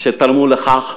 שתרמו לכך,